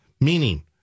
Meaning